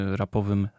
rapowym